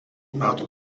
metų